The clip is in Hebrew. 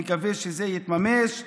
אני מקווה שזה יתממש.